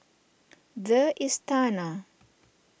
the Istana